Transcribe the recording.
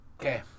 okay